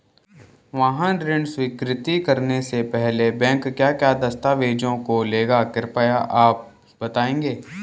वाहन ऋण स्वीकृति करने से पहले बैंक क्या क्या दस्तावेज़ों को लेगा कृपया आप बताएँगे?